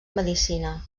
medicina